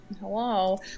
hello